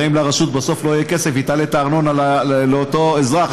אם לרשות לא יהיה כסף היא תעלה את הארנונה לאותו אזרח,